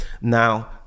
now